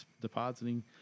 depositing